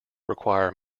require